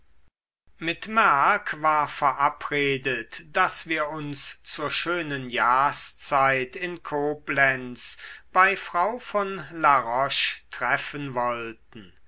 mit merck war verabredet daß wir uns zur schönen jahrszeit in koblenz bei frau von la roche treffen wollten